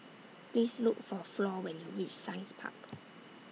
Please Look For Flor when YOU REACH Science Park